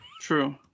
True